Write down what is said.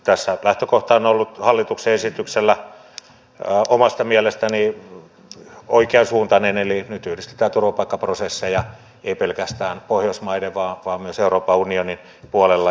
tässä lähtökohta hallituksen esityksellä on ollut omasta mielestäni oikeansuuntainen eli nyt yhdistetään turvapaikkaprosesseja ei pelkästään pohjoismaiden vaan myös euroopan unionin puolella